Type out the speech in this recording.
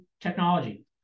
technology